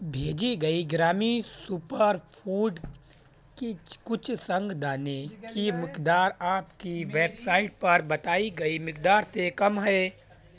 بھیجی گئی گرامی سوپر فوڈ کی کچھ سنگ دانے کی مقدار آپ کی ویب سائٹ پر بتائی گئی مقدار سے کم ہے